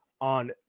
on